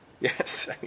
Yes